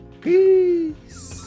peace